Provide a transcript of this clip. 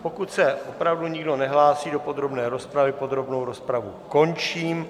Pokud se opravdu nikdo nehlásí do podrobné rozpravy, podrobnou rozpravu končím.